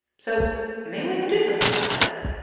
so maybe we can do something about this.